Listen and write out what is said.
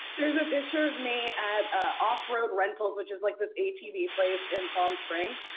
there's a picture of me at offroad rentals, which is, like, this atv place in palm springs.